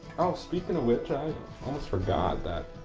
oh, speaking of which. i almost forgot.